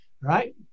right